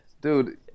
dude